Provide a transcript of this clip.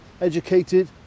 educated